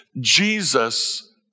Jesus